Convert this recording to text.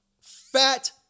Fat